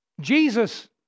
Jesus